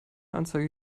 anzeige